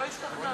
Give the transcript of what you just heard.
לא השתכנענו.